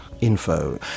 Info